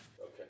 Okay